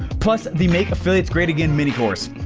plus the make affiliates great again mini course.